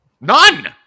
None